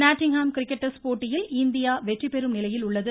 Nottingham cricket test போட்டியில் India வெற்றிபெறும் நிலையில் உள்ளது